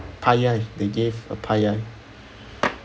paella they gave a paella